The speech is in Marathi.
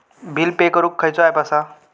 बिल पे करूक खैचो ऍप असा?